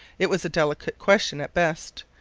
it was a delicate question at best,